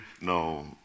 No